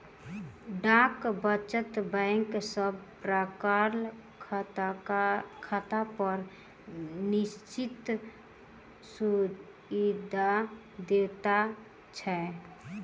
डाक वचत बैंक सब प्रकारक खातापर निश्चित सूइद दैत छै